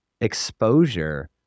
exposure